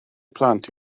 plant